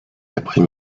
l’après